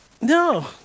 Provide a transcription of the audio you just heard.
No